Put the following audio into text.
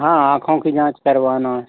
हाँ आँखों की जाँच करवाना है